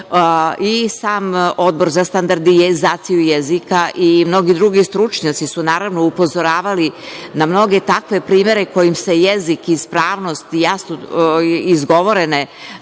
itd. Sam Odbor za standardizaciju jezika i mnogi drugi stručnjaci su naravno upozoravali na mnoge takve primere kojim se jezik, ispravnost i jasno izgovorene